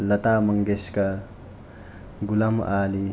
लतामङ्गेशकर् गुलाम् आली